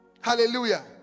Hallelujah